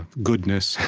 goodness.